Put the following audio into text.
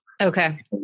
Okay